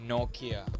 Nokia